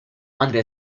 madre